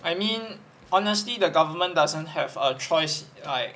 I mean honestly the government doesn't have a choice like